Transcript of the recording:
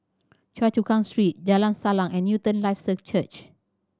Choa Chu Kang Street Jalan Salang and Newton Life Church